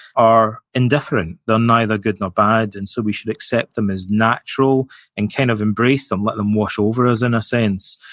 are indifferent. they're neither good nor bad, and so we should accept them as natural and kind of embrace them, let them wash over us in a sense.